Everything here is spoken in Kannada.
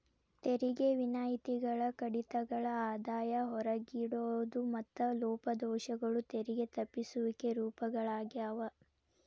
ತೆರಿಗೆ ವಿನಾಯಿತಿಗಳ ಕಡಿತಗಳ ಆದಾಯ ಹೊರಗಿಡೋದು ಮತ್ತ ಲೋಪದೋಷಗಳು ತೆರಿಗೆ ತಪ್ಪಿಸುವಿಕೆ ರೂಪಗಳಾಗ್ಯಾವ